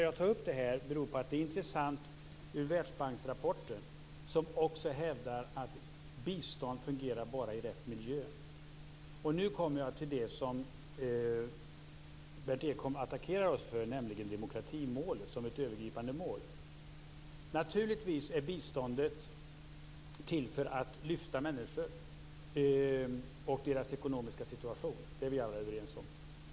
Jag tar upp det här därför att det är intressant att Världsbanksrapporten också hävdar att bistånd fungerar bara i rätt miljö. Nu kommer jag till det som Berndt Ekholm attackerar oss för, nämligen demokratimålet som ett övergripande mål. Biståndet är naturligtvis till för att lyfta människor och deras ekonomiska situation. Det är vi alla överens om.